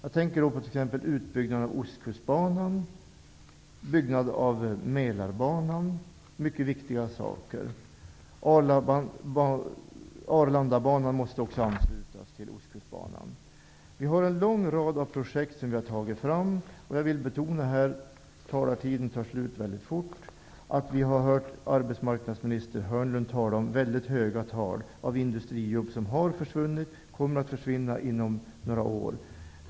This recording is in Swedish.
Jag tänker t.ex. på utbyggnaden av Ostkustbanan och byggandet av Mälarbanan. Det är mycket viktiga saker. Arlandabanan måste också anslutas till Ostkustbanan. Vi har tagit fram en lång rad projekt. Jag vill betona -- tyvärr tar talartiden slut mycket fort -- att vi har hört arbetsmarknadsminister Hörnlund tala om väldigt höga tal av industrijobb som har försvunnit och som kommer att försvinna inom några år.